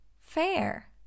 Fair